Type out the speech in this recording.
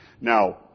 Now